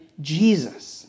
Jesus